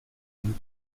vous